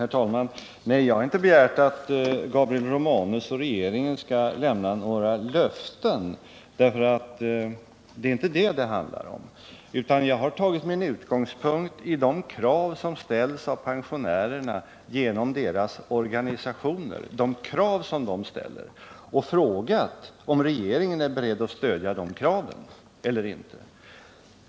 Herr talman! Jag har inte begärt att Gabriel Romanus eller regeringen skall ge några löften — det är inte det som saken gäller. Jag har tagit min utgångspunkt i de krav som ställs av pensionärerna genom deras organisationer och frågat om regeringen är beredd att stödja de kraven.